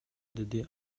деди